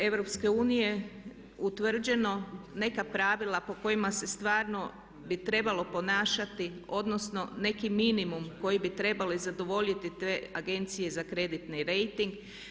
EU utvrđeno neka pravila po kojima se stvarno bi trebalo ponašati odnosno neki minimum koji bi trebale zadovoljiti te agencije za kreditni rejting.